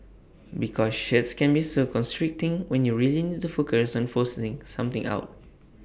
because shirts can be so constricting when you really need to focus on forcing something out